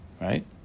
Right